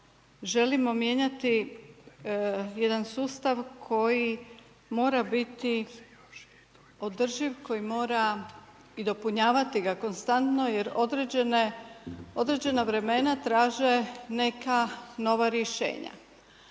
želimo mijenjati jedan sustav koji mora biti održiv koji mora i dopunjavati ga konstantno jer određena vremena traže neka nova rješenja.